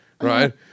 right